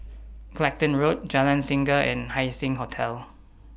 Clacton Road Jalan Singa and Haising Hotel